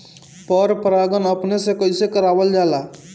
पर परागण अपने से कइसे करावल जाला?